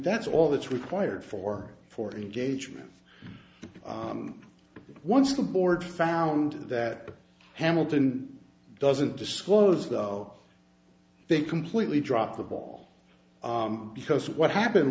that's all that's required for for engagement once the board found that hamilton doesn't disclose though they completely dropped the ball because what happened